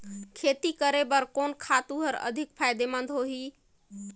खेती करे बर कोन खातु हर अधिक फायदामंद होही?